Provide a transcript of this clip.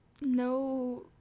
No